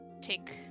take